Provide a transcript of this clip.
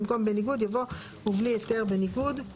במקום "בניגוד" יבוא "ובלי היתר בניגוד".